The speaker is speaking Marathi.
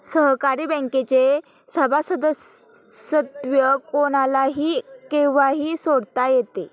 सहकारी बँकेचे सभासदत्व कोणालाही केव्हाही सोडता येते